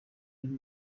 y’u